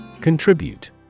Contribute